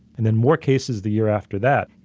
and then more cases the year after that,